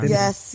Yes